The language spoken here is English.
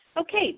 Okay